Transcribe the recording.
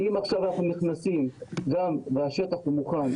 אם עכשיו אנחנו נכנסים לשטח מוכן,